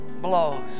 blows